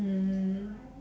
mm